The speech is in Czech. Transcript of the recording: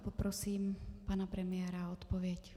Poprosím pana premiéra o odpověď.